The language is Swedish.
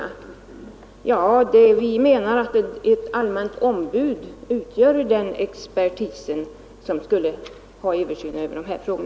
Ja, vi menar att ett allmänt ombud utgör den expertis som skulle ha översynen över dessa frågor.